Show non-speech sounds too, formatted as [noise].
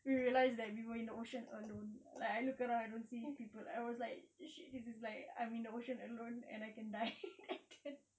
we realised that we were in the ocean alone like I looked around I don't see people I was like eh shit this is like I'm in the ocean alone and I can die [laughs] and then